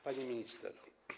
Pani Minister!